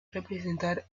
representar